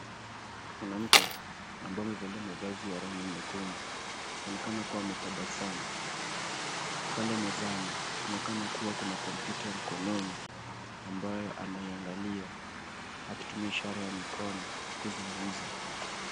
Mwanamke ambaye amevalia mavazi ya rangi nyekundu anaonekana kuwa ametabasamu. Pale mezani , kunaonekana kuwa na kompyuta ya mkononi ambayo anaiangalia akitumia ishara ya mikono kuzungumza.